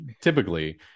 typically